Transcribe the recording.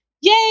yay